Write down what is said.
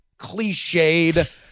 cliched